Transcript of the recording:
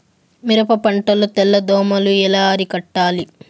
మిరప పంట లో తెల్ల దోమలు ఎలా అరికట్టాలి?